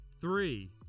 three